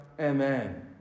Amen